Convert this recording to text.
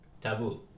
Taboo